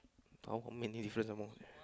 how many difference are there